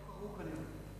הם לא קראו כנראה.